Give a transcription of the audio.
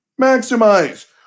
maximize